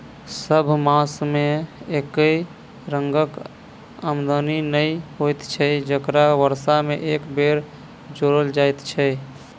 सभ मास मे एके रंगक आमदनी नै होइत छै जकरा वर्ष मे एक बेर जोड़ल जाइत छै